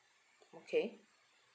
okay